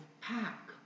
pack